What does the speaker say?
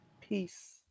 Peace